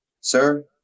sir